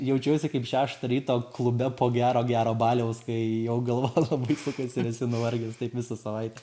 jaučiausi kaip šeštą ryto klube po gero gero baliaus kai jau galva labai sukas ir esi nuvargęs taip visą savaitę